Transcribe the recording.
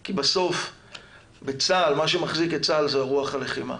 כי בסוף בצה"ל, מה שמחזיק את צה"ל זה רוח הלחימה.